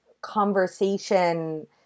conversation